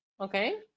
Okay